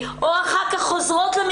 20 באוקטובר 2020. אני שמחה לפתוח את הדיון